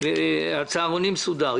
כי הצהרונים סודר.